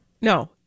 No